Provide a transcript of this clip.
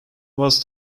was